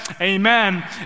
amen